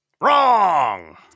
Wrong